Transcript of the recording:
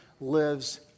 lives